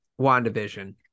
WandaVision